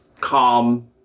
calm